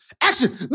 Action